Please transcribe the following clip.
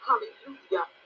Hallelujah